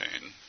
pain